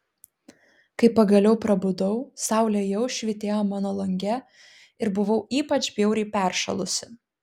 kai pagaliau prabudau saulė jau švytėjo mano lange ir buvau ypač bjauriai peršalusi